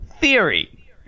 theory